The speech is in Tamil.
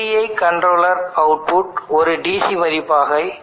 PI கண்ட்ரோலர் அவுட்புட் ஒரு DC மதிப்பாக இருக்கும்